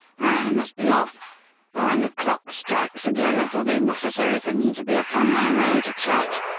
i must be off for when the clock strikes again, it'll be necessary for me to be upon my way to church.